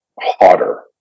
hotter